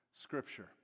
scripture